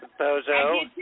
Bozo